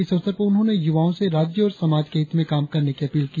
इस अवसर पर उन्होंने युवाओं से राज्य और समाज के हित में काम करने की अपील की